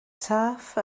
saff